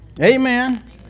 Amen